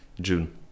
June